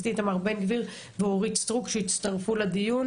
הכנסת איתמר בן גביר ואורית סטרוק שהצטרפו לדיון.